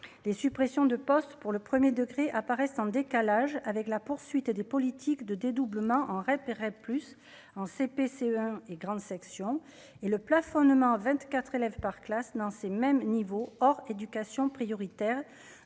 les suppressions de postes pour le 1er degré apparaissent en décalage avec la poursuite des politiques de dédoublement en plus en CP, CE1 et grande section et le plafonnement 24 élèves par classe dans ces mêmes niveaux hors éducation prioritaire